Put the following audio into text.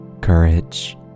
courage